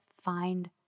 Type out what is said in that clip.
find